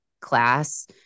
class